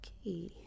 Okay